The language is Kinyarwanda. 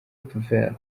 vert